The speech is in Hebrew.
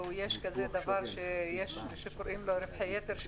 יש כזה דבר שקוראים לו רווחי יתר,